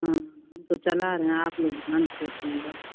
हाँ हम तो चला रहे हैं आपलोग ध्यान से बैठिएगा